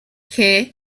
care